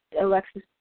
Alexis